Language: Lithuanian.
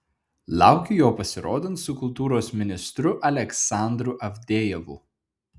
laukiu jo pasirodant su kultūros ministru aleksandru avdejevu